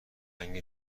رنگ